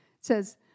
says